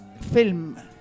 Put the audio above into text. film